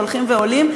הולכים ועולים,